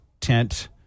tent